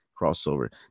crossover